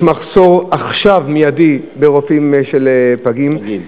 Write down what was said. יש עכשיו מחסור מיידי ברופאים לפגים.